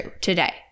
today